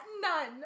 None